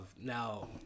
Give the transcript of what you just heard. now